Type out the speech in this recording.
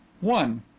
one